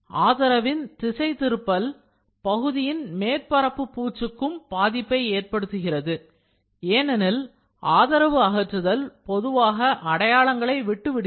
ஆதரவின் திசைதிருப்பல் பகுதியின் மேற்பரப்பு பூச்சுக்கும் பாதிப்பை ஏற்படுத்துகிறது ஏனெனில் ஆதரவு அகற்றுதல் பொதுவாக அடையாளங்களை விட்டு விடுகிறது